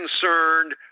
concerned